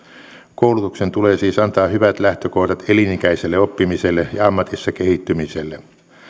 koulutuksen tulee siis antaa hyvät lähtökohdat elinikäiselle oppimiselle ja ammatissa kehittymiselle